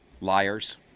Liars